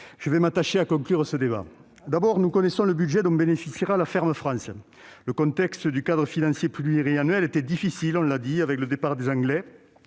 je vais m'attacher à conclure ce débat. Tout d'abord, nous connaissons le budget dont bénéficiera la ferme France. Le contexte du cadre financier pluriannuel était difficile avec le départ des